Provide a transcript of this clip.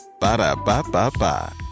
Ba-da-ba-ba-ba